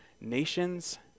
nations